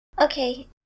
Okay